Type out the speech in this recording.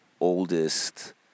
oldest